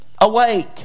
awake